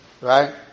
right